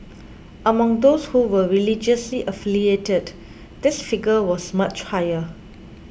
among those who were religiously affiliated this figure was much higher